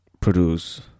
produce